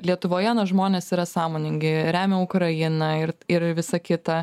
lietuvoje na žmonės yra sąmoningi remia ukrainą ir ir visa kita